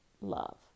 love